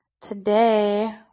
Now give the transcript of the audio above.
Today